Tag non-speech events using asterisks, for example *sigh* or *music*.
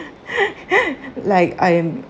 *breath* like I'm